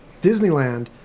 Disneyland